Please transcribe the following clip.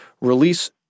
release